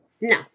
No